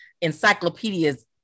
encyclopedias